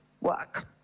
work